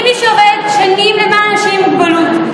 כמי שעובדת שנים למען אנשים עם מוגבלות,